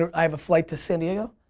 i have a flight to san diego?